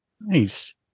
Nice